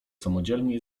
samodzielnie